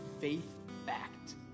faith-backed